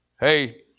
hey